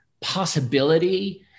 possibility